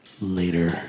Later